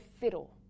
fiddle